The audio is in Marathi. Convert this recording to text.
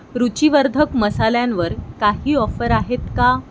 रुचीवर्धक मसाल्यांवर काही ऑफर आहेत का